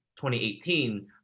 2018